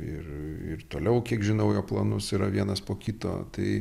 ir ir toliau kiek žinau jo planus yra vienas po kito tai